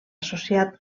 associat